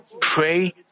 pray